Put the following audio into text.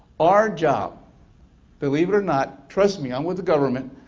our job believe it or not, trust me i'm with the government,